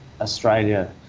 Australia